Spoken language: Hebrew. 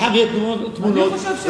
אני חושב שאפשר.